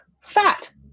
fat